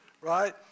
right